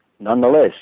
Nonetheless